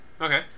okay